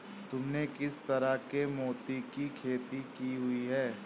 तुमने किस तरह के मोती की खेती की हुई है?